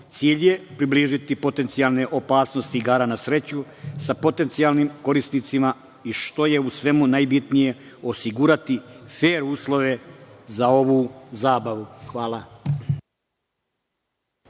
Cilj je približiti potencijalne opasnosti igara na sreću potencijalnim korisnicima i, što je u svemu najbitnije, osigurati fer uslove za ovu zabavu. Hvala.